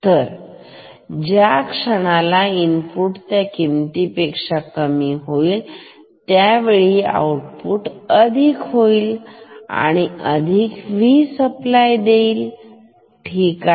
तर जा क्षणाला इनपुट त्या किमती पेक्षा कमी होईल त्यावेळी आउटपुट अधिक होईल अधिक V सप्लाय होईल ठीक आहे